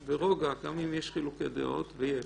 ברוגע גם אם יש חילוקי דעות, ויש.